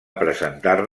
presentar